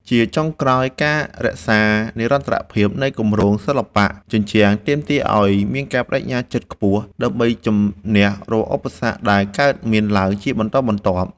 ជាចុងក្រោយ ការរក្សានិរន្តរភាពនៃគម្រោងសិល្បៈជញ្ជាំងទាមទារឱ្យមានការប្ដេជ្ញាចិត្តខ្ពស់ ដើម្បីជម្នះរាល់ឧបសគ្គដែលកើតមានឡើងជាបន្តបន្ទាប់។